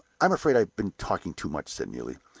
i'm afraid i've been talking too much, said neelie.